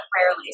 rarely